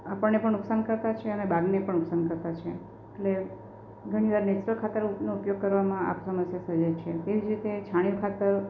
આપણને પણ નુકસાન કર્તા છે અને બાગને પણ નુકસાનકર્તા છે એટલે ઘણીવાર નેચરલ ખાતરનો ઉપયોગ કરવામાં આ સમસ્યાઓ સર્જાય છે તેવી જ રીતે છાણિયા ખાતર